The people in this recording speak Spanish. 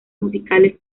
musicales